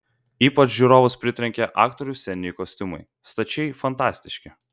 ypač žiūrovus pritrenkė aktorių sceniniai kostiumai stačiai fantastiški